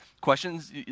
Questions